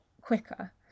quicker